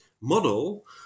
model